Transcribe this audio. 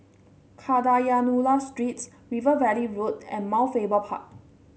Kadayanallur Street River Valley Road and Mount Faber Park